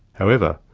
however,